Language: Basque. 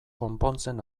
konpontzen